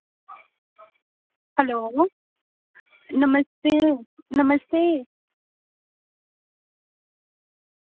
hello नमस्ते नमस्ते